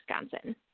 Wisconsin